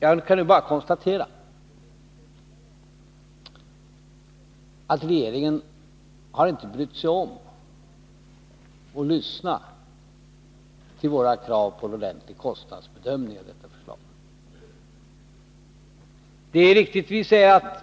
Jag vill nu bara konstatera att regeringen inte har brytt sig om att lyssna till våra krav på en ordentlig kostnadsbedömning. Det är riktigt att